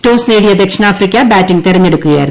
toss നേടിയ ദക്ഷിണാഫ്രിക്ക batting തെരഞ്ഞെടുക്കുകയായിരുന്നു